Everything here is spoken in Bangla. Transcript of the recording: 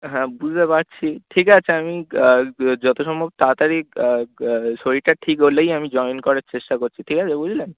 হ্যাঁ বুঝতে পারছি ঠিক আছে আমি যত সম্ভব তাড়াতাড়ি শরীরটা ঠিক হলেই আমি জয়েন করার চেষ্টা করছি ঠিক আছে বুঝলেন